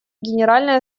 генеральной